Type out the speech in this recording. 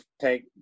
take